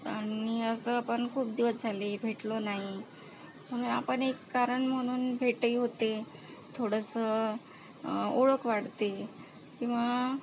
आणि असं पण खूप दिवस झाले भेटलो नाही म्हणून आपण एक कारण म्हणून भेटही होते थोडंसं ओळख वाढते किंवा